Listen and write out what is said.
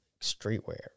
Streetwear